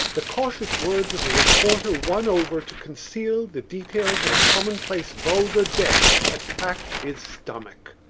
the cautious words of a reporter won over to conceal the details of a commonplace vulgar death attacked his stomach.